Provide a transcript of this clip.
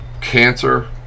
cancer